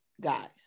guys